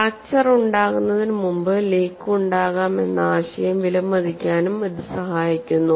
fracture ഉണ്ടാകുന്നതിനുമുമ്പ് leak ഉണ്ടാകാം എന്ന ആശയം വിലമതിക്കാനും ഇത് സഹായിക്കുന്നു